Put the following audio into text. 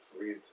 read